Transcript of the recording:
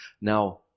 Now